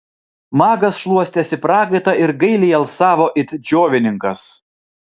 magas šluostėsi prakaitą ir gailiai alsavo it džiovininkas